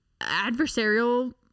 adversarial